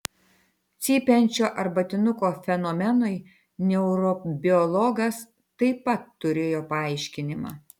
cypiančio arbatinuko fenomenui neurobiologas taip pat turėjo paaiškinimą